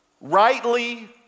rightly